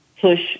push